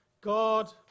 God